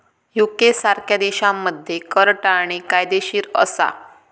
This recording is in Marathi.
युके सारख्या देशांमध्ये कर टाळणे कायदेशीर असा